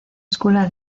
escuela